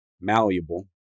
malleable